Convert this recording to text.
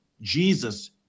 Jesus